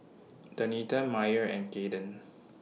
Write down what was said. Donita Myer and Kayden